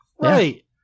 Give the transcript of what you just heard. Right